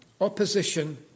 opposition